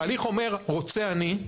התהליך אומר רוצה אני.